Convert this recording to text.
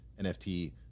NFT